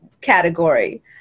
category